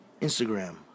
Instagram